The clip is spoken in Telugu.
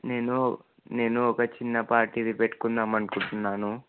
నేను నేను ఒక చిన్న పాటి ఇది పెట్టుకుందామనుకుంటున్నాను